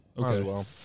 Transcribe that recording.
Okay